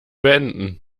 beenden